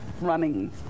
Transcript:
running